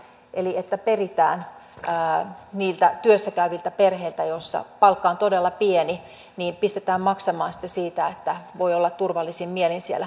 eli peritään niiltä työssä käyviltä perheiltä joissa palkka on todella pieni pistetään maksamaan sitten siitä että voi olla turvallisin mielin siellä työpaikalla